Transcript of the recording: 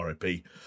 RIP